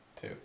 Two